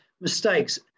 mistakes